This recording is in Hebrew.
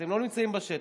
אתם לא נמצאים בשטח,